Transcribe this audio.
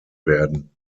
werden